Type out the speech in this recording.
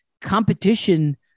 Competition